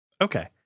Okay